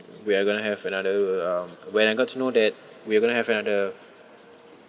we are going to have another um when I got to know that we're going to have another